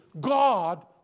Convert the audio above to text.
God